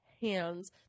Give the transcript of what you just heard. hands